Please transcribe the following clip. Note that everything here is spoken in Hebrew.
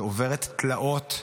שעוברת תלאות נוראיות,